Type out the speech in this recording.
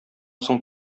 соң